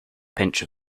pinch